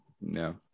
No